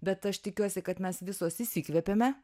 bet aš tikiuosi kad mes visos įsikvėpėme